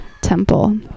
temple